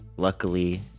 Luckily